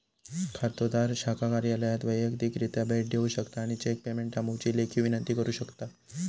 खातोदार शाखा कार्यालयात वैयक्तिकरित्या भेट देऊ शकता आणि चेक पेमेंट थांबवुची लेखी विनंती करू शकता